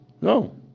No